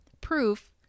proof